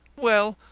well,